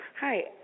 Hi